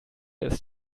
ist